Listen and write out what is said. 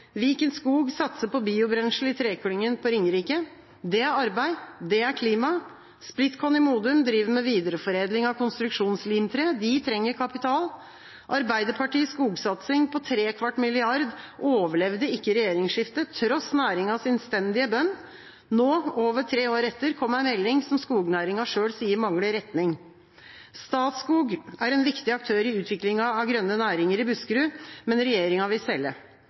Viken Skog satser på biobrensel i Treklyngen på Ringerike. Det er arbeid, det er klima. Splitkon i Modum driver med videreforedling av konstruksjonslimtre. De trenger kapital. Arbeiderpartiets skogsatsing på tre kvart milliard overlevde ikke regjeringsskiftet, tross næringens innstendige bønn. Nå, over tre år etter, kom en melding som skognæringen selv sier mangler retning. Statskog er en viktig aktør i utviklingen av grønne næringer i Buskerud, men regjeringa vil selge.